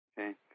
Okay